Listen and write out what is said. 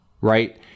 right